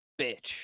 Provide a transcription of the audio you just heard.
bitch